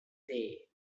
day